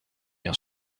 bien